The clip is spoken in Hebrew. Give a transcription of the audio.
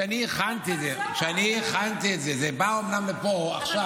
כשאני הכנתי את זה, זה בא אומנם לפה עכשיו